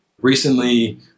recently